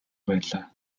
байлаа